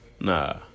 nah